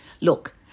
Look